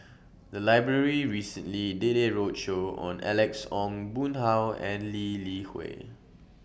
The Library recently did A roadshow on Alex Ong Boon Hau and Lee Li Hui